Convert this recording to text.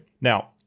Now